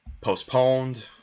postponed